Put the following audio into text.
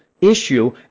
issue